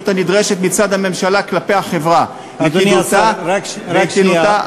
הנדרשת מצד הממשלה כלפי החברה ותקינותה החברתית,